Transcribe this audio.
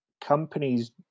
companies